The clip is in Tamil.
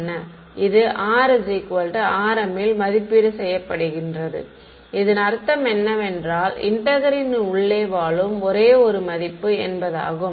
இது rrm ல் மதிப்பீடு செய்யப்படுகின்றது இதன் அர்த்தம் என்னவென்றால் இன்டெக்ரலின் உள்ளே வாழும் ஒரே ஒரு மதிப்பு என்பதாகும்